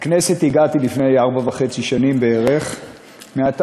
לכנסת הגעתי לפני ארבע וחצי שנים בערך מהתעשייה,